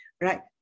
right